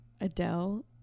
Adele